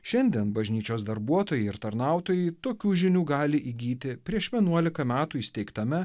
šiandien bažnyčios darbuotojai ir tarnautojai tokių žinių gali įgyti prieš vienuoliką metų įsteigtame